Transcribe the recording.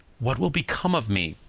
what will become of me!